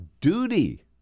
duty